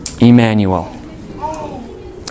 Emmanuel